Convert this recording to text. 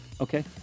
Okay